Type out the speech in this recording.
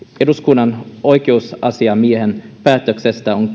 eduskunnan oikeusasiamiehen päätöksestä on